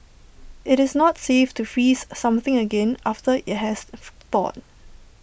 it's not safe to freeze something again after IT has thawed